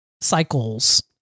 cycles